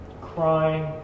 crying